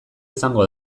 izango